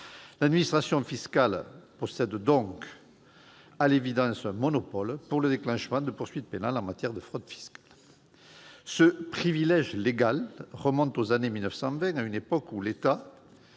L'administration fiscale possède donc le monopole du déclenchement de poursuites pénales en matière de fraude fiscale. Ce privilège légal remonte aux années 1920, à une époque où l'État